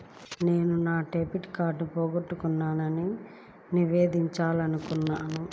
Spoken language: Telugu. నేను నా డెబిట్ కార్డ్ని పోగొట్టుకున్నాని నివేదించాలనుకుంటున్నాను